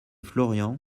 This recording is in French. florian